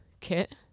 kit